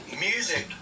music